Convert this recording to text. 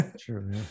True